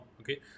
okay